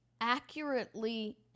accurately